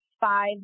five